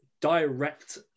direct